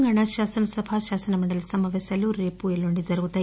తెలంగాణా శాసనసభ శాసనమండలి సమావేశాలురేపు ఎల్లుండి జరగనున్నాయి